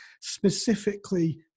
specifically